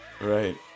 right